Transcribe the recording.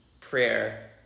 prayer